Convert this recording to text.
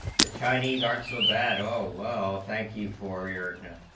the chinese art so bad o while thank you for your